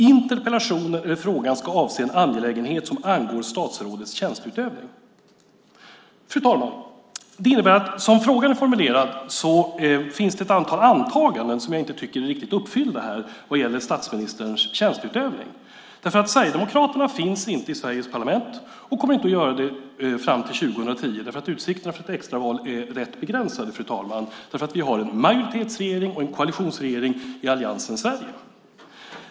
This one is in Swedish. Interpellation eller fråga ska avse en angelägenhet som angår statsrådets tjänsteutövning. Fru talman! Som frågan här är formulerad finns det ett antal antaganden som jag tycker inte är riktigt uppfyllda vad gäller statsministerns tjänsteutövning. Sverigedemokraterna finns inte i Sveriges parlament och kommer inte att göra det fram till 2010 därför att utsikterna för ett extra val är rätt begränsade, fru talman, för vi har en majoritetsregering, en koalitionsregering i Allians för Sverige.